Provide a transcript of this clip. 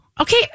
okay